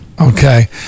Okay